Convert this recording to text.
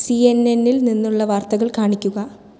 C N എന്നിൽ നിന്നുള്ള വാർത്തകൾ കാണിക്കുക